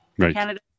Canada